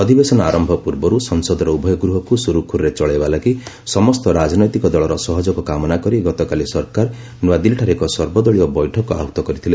ଅଧିବେଶନ ଆରମ୍ଭ ପୂର୍ବରୁ ସଂସଦର ଉଭୟ ଗୃହକୁ ସୁରୁଖୁରୁରେ ଚଳାଇବା ଲାଗି ସମସ୍ତ ରାଜନୈତିକ ଦଳର ସହଯୋଗ କାମନା କରି ଗତକାଲି ସରକାର ନ୍ତଆଦିଲ୍ଲୀଠାରେ ଏକ ସର୍ବଦଳୀୟ ବୈଠକ ଆହତ କରିଥିଲେ